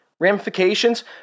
ramifications